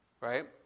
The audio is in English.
right